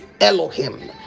elohim